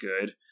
good